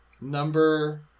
Number